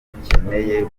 akeneye